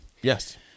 Yes